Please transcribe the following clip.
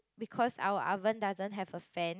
because our oven doesn't have a fan